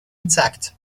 intact